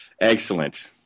Excellent